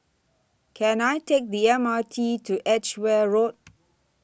Can I Take The M R T to Edgware Road